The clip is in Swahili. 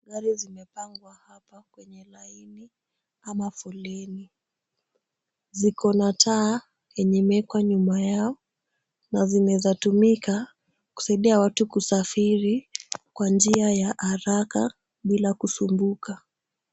Gari zimepangwa hapa kwenye laini ama foleni. Ziko na taa yenye imewekwa nyuma yao, na zinaweza tumika kusaidia watu kusafiri kwa njia ya haraka bila kusumbuka.